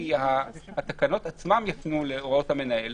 כי התקנות עצמן יפנו להוראות המנהל.